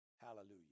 Hallelujah